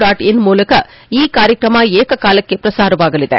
dot in ಮೂಲಕ ಈ ಕಾರ್ಯಕ್ರಮ ಏಕಕಾಲಕ್ಕೆ ಪ್ರಸಾರವಾಗಲಿದೆ